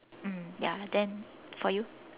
mm ya then for you